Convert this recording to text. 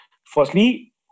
Firstly